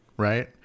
Right